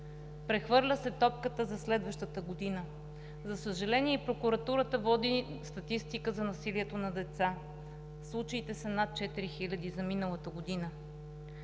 Прехвърля се топката за следващата година. За съжаление, и прокуратурата води статистика за насилието над деца – случаите за миналата година